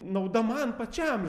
nauda man pačiam